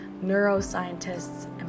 neuroscientists